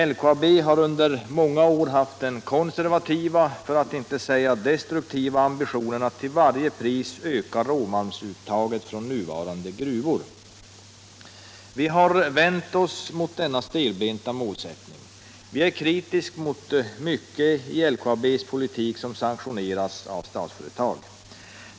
LKAB har under många år haft en konservativ, för att inte säga destruktiv ambition att till varje pris öka råmalmsuttaget från de nuvarande gruvorna. Vi vänder oss mot denna stelbenta målsättning. Vi är kritiska mot mycket i LKAB:s politik som sanktioneras av Statsföretag, AB.